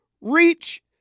reach